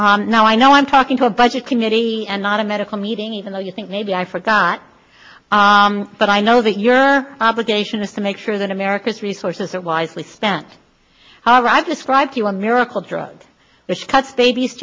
both now i know i'm talking to a budget committee and not a medical meeting even though you think maybe i forgot but i know that your obligation is to make sure that america's resources are wisely spent all right describe to you a miracle drug which cuts babies